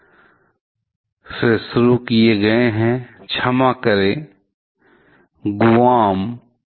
तो यह वही है जिसे आप एकल जीन विकार द्वारा संदर्भित करते हैं यह और बाद में यह अगली पीढ़ी को प्रेषित हो सकता है जिससे कुछ प्रकार की आनुवंशिक असामान्यताएं पैदा हो सकती हैं